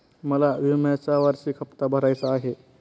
मला विम्याचा वार्षिक हप्ता भरायचा आहे